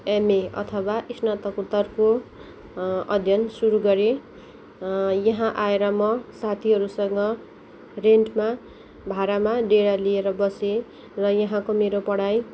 MA अथवा स्नातकोत्तरको अध्ययन सुरु गरेँ यहाँ आएर म साथीहरूसँग रेन्टमा भाडामा डेरा लिएर बसेँ र यहाँको मेरो पढाइ